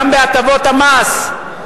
גם בהטבות המס,